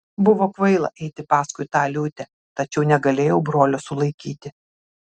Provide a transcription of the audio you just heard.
buvo kvaila eiti paskui tą liūtę tačiau negalėjau brolio sulaikyti